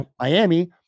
miami